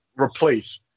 replace